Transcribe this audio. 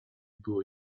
było